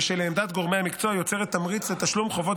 ושלעמדת גורמי המקצוע יוצרת תמריץ לתשלום חובות